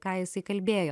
ką jisai kalbėjo